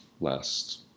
last